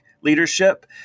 leadership